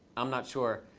i'm not sure.